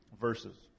verses